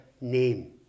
name